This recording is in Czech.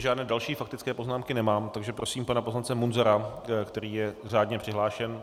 Žádné další faktické poznámky nemám, takže prosím pana poslance Munzara, který je řádně přihlášen.